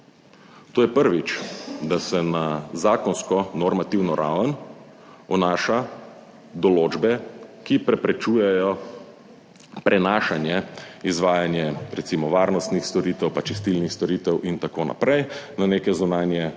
To je prvič, da se na zakonsko normativno raven vnaša določbe, ki preprečujejo prenašanje izvajanje recimo varnostnih storitev, pa čistilnih storitev in tako naprej na neke zunanje